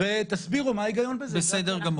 אני מסביר כרגע את ההסבר שלי,